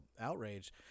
outrage